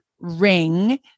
ring